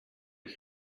ich